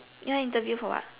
ya interview for what